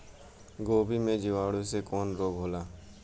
गोभी में जीवाणु से कवन रोग होला?